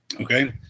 Okay